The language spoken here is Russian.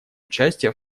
участие